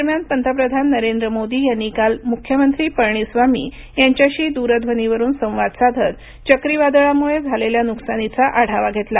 दरम्यान पंतप्रधान नरेंद्र मोदी यांनी काल मुख्यमंत्री पळणीस्वामी यांच्याशी दुरध्वनीवरून संवाद साधत चक्रीवादळामुळं झालेल्या नुकसानीचा आढावा घेतला